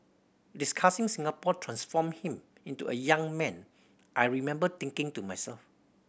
discussing Singapore transformed him into a young man I remember thinking to myself